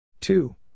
two